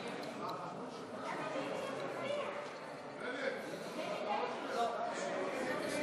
מחלה (היעדרות בשל מחלת ילד) (תיקון,